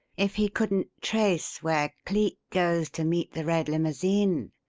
if he couldn't trace where cleek goes to meet the red limousine,